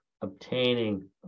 obtaining